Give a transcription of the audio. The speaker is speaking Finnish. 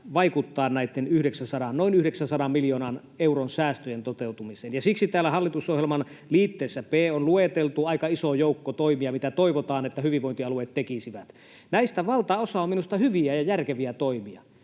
vaikuttaa näitten noin 900 miljoonan euron säästöjen toteutumiseen, ja siksi täällä hallitusohjelman liitteessä B on lueteltu aika iso joukko toimia, mitä toivotaan, että hyvinvointialueet tekisivät. Näistä valtaosa on minusta hyviä ja järkeviä toimia,